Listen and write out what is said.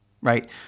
right